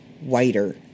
whiter